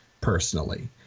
personally